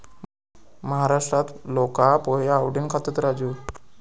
महाराष्ट्रात लोका पोहे आवडीन खातत, राजू